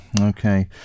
okay